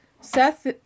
Seth